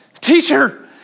Teacher